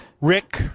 Rick